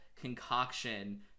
concoction